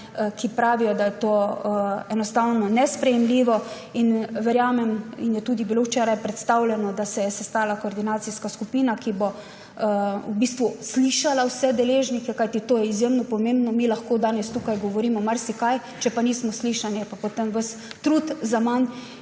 ki pravijo, da je to enostavno nesprejemljivo. Verjamem in je bilo tudi včeraj predstavljeno, da se je sestala koordinacijska skupina, ki bo v bistvu prisluhnila vsem deležnikom, kajti to je izjemno pomembno. Mi lahko danes tukaj govorimo marsikaj, če pa nismo slišani, je pa potem ves trud zaman.